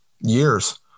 years